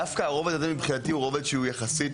דווקא הרובד הזה מבחינתי הוא רובד שהוא יחסית